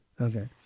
Okay